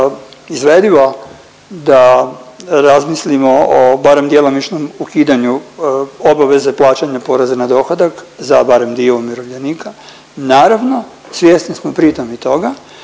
izvedivo da razmislimo o barem djelomičnom ukidanju obaveze plaćanja poreza na dohodak za barem dio umirovljenika. Naravno svjesni smo pritom i toga